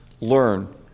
learn